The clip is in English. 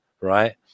right